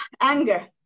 Anger